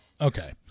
Okay